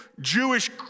Jewish